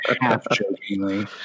half-jokingly